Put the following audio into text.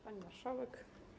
Pani Marszałek!